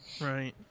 Right